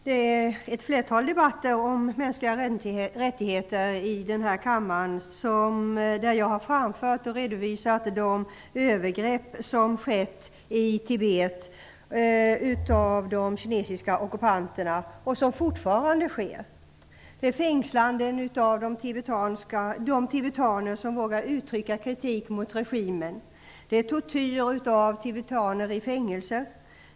Herr talman! I ett flertal debatter om mänskliga rättigheter i den här kammaren har jag framfört och redovisat de övergrepp som har skett i Tibet av de kinesiska ockupanterna och som fortfarande sker. Det är fängslande av de tibetaner som vågar uttrycka kritik mot regimen. Det är tortyr av tibetaner i fängelse.